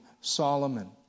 Solomon